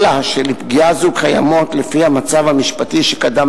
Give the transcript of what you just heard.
אלא שלפגיעה זו קיימות לפי המצב המשפטי שקדם